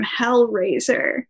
Hellraiser